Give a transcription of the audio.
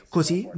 Così